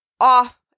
off